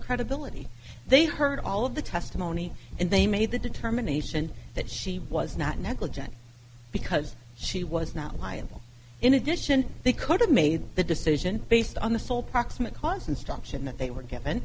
credibility they heard all of the testimony and they made the determination that she was not negligent because she was not liable in addition they could have made the decision based on the sole proximate cause instruction that they were given